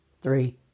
three